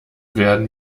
werden